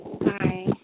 Hi